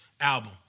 album